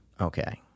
Okay